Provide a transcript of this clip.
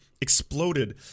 exploded